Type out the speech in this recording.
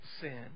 sin